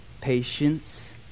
patience